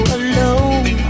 alone